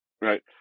right